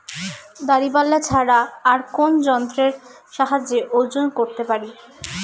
দাঁড়িপাল্লা ছাড়া আর কোন যন্ত্রের সাহায্যে ওজন করতে পারি?